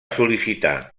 sol·licitar